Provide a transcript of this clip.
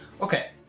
Okay